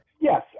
Yes